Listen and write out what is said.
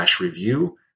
review